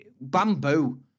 bamboo